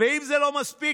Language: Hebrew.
ואם זה לא מספיק,